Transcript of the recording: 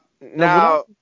now